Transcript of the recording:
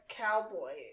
cowboy